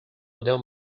podeu